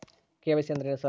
KYC ಅಂದ್ರೇನು sir?